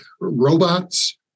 robots